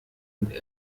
und